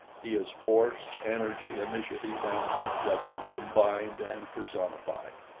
he is force, energy, initiative and good judgment combined and personified.